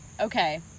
Okay